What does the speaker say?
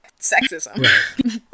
sexism